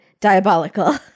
diabolical